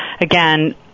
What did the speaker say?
again